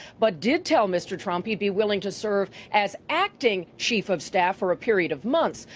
but did tell mr. trump he'd be willing to serve as acting chief of staff for a period of months.